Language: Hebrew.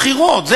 ריח בחירות,